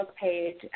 page